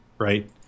right